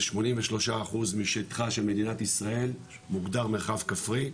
83% משטחה של מדינת ישראל מוגדר מרחב כפרי,